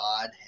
God